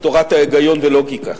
תורת ההיגיון ולוגיקה,